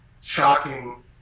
shocking